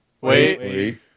wait